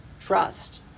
trust